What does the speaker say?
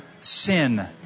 sin